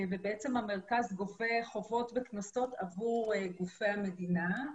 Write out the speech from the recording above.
ובעצם המרכז גובה חובות וקנסות עבור גופי המדינה,